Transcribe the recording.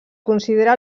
considera